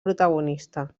protagonista